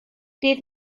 dydd